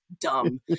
dumb